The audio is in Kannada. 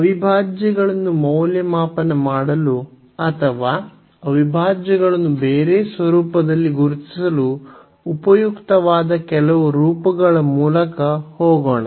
ಅವಿಭಾಜ್ಯಗಳನ್ನು ಮೌಲ್ಯಮಾಪನ ಮಾಡಲು ಅಥವಾ ಅವಿಭಾಜ್ಯಗಳನ್ನು ಬೇರೆ ಸ್ವರೂಪದಲ್ಲಿ ಗುರುತಿಸಲು ಉಪಯುಕ್ತವಾದ ಕೆಲವು ರೂಪಗಳ ಮೂಲಕ ಹೋಗೋಣ